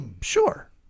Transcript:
sure